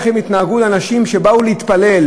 איך שהם התנהגו לאנשים שבאו להתפלל,